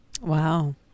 Wow